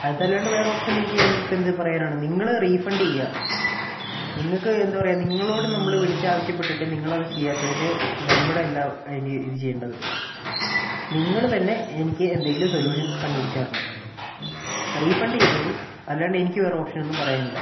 അതല്ലാണ്ട് വേറെ ഓപ്ഷൻ നിങ്ങൾക്ക് ഞാൻ ഇപ്പം എന്ത് പറയാനാണ് നിങ്ങള് റീഫണ്ട് ചെയ്യുക നിങ്ങൾക്ക് എന്താ പറയുക നിങ്ങളോട് നമ്മള് വിളിച്ചാവശ്യപെട്ടിട്ട് നിങ്ങളത് ചെയ്യാത്തതിന് നമ്മളല്ല അതിന് ഇത് ചെയ്യേണ്ടത് നിങ്ങള് തന്നെ എനിക്ക് എന്തെങ്കിലും സൊല്യൂഷൻ കണ്ടുപിടിച്ച് തരണം റീഫണ്ട് ചെയ്തോളു അല്ലാണ്ട് എനിക്ക് വേറെ ഓപ്ഷനൊന്നും പറയാനില്ല